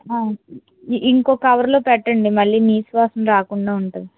ఆ ఇంకో కవర్లో పెట్టండి మళ్ళీ నీచు వాసన రాకుండా ఉంటుంది